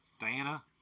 diana